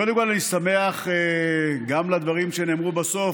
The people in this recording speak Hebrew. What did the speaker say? קודם כול, אני שמח גם על הדברים שנאמרו בסוף,